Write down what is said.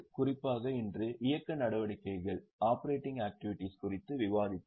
குறிப்பாக இன்று இயக்க நடவடிக்கைகள் குறித்து விவாதித்தோம்